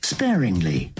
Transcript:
Sparingly